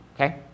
okay